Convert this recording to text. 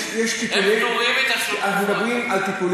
הם פטורים מתשלום על תרופות.